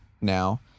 now